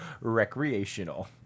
recreational